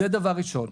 זה דבר ראשון.